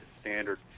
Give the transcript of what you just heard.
standard